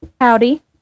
Howdy